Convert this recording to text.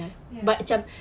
ya